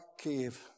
cave